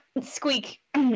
squeak